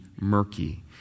murky